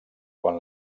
quan